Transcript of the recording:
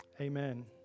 amen